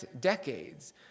decades